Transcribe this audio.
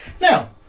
now